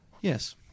Yes